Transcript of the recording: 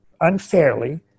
unfairly